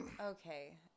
Okay